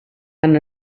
han